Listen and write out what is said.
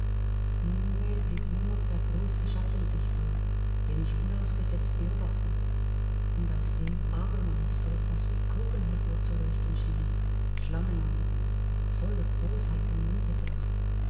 nunmehr blieb nur noch der große schatten sichtbar den ich unausgesetzt beobachtete und aus dem abermals so etwas wie augen hervorzuleuchten schienen schlangenaugen voller bosheit und niedertracht